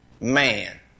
man